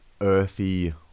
earthy